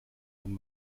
dann